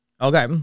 Okay